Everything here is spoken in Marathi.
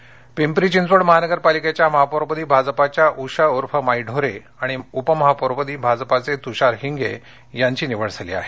मनपा पिंपरी चिंचवड महानगरपालिकेच्या महापौरपदी भाजपाच्या उषा ऊर्फ माई ढोरे आणि उपमहापौरपदी भाजपाचे तुषार हिंगे यांची निवड झाली आहे